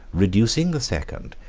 reducing the second,